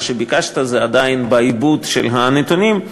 מה שביקשת עדיין בעיבוד של הנתונים.